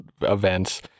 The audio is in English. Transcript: events